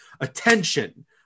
attention